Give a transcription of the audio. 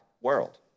world